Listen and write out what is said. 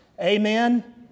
Amen